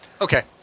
Okay